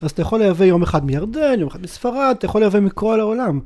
אז אתה יכול לייבא יום אחד מירדן, יום אחד מספרד, אתה יכול לייבא מכל העולם.